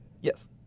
Yes